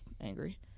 angry